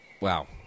Wow